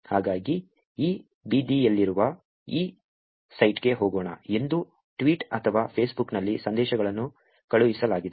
ಹಾಗಾಗಿ ಈ ಬೀದಿಯಲ್ಲಿರುವ ಈ ಸೈಟ್ಗೆ ಹೋಗೋಣ ಎಂದು ಟ್ವಿಟರ್ ಅಥವಾ ಫೇಸ್ಬುಕ್ನಲ್ಲಿ ಸಂದೇಶಗಳನ್ನು ಕಳುಹಿಸಲಾಗಿದೆ